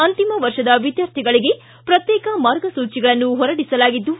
ಅಂತಿಮ ವರ್ಷದ ವಿದ್ಯಾರ್ಥಿಗಳಿಗೆ ಪ್ರತ್ಯೇಕ ಮಾರ್ಗಸೂಚಿಗಳನ್ನು ಹೊರಡಿಸಲಾಗಿದ್ದು